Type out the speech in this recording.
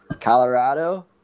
Colorado